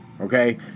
okay